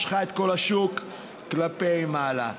משכה את כל השוק כלפי מעלה.